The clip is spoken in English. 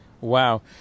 Wow